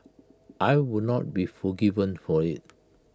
I would not be forgiven for IT